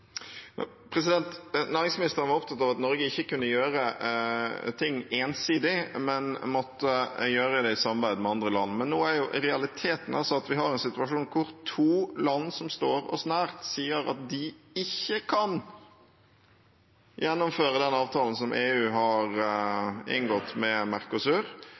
Næringsministeren var opptatt av at Norge ikke kunne gjøre ting ensidig, men måtte gjøre det i samarbeid med andre land. Nå er realiteten at vi har en situasjon der to land som står oss nær, sier at de ikke kan gjennomføre den avtalen som EU har inngått med